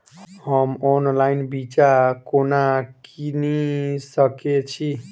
हम ऑनलाइन बिच्चा कोना किनि सके छी?